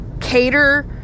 cater